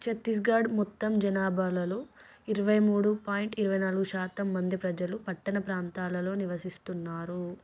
ఛత్తీస్గఢ్ మొత్తం జనాభాలలో ఇరవై మూడు పాయింట్ ఇరవై నాలుగు శాతం మంది ప్రజలు పట్టణ ప్రాంతాలలో నివసిస్తున్నారు